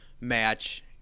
match